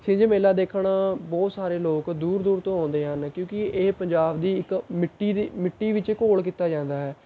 ਛਿੰਝ ਮੇਲਾ ਦੇਖਣ ਬਹੁਤ ਸਾਰੇ ਲੋਕ ਦੂਰ ਦੂਰ ਤੋਂ ਆਉਂਦੇ ਹਨ ਕਿਉਂਕਿ ਇਹ ਪੰਜਾਬ ਦੀ ਇੱਕ ਮਿੱਟੀ ਦੀ ਮਿੱਟੀ ਵਿੱਚ ਘੋਲ਼ ਕੀਤਾ ਜਾਂਦਾ ਹੈ